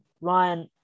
Ryan